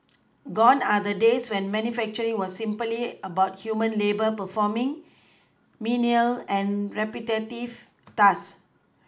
gone are the days when manufacturing was simply about human labour performing menial and repetitive tasks